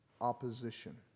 opposition